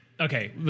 okay